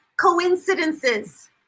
coincidences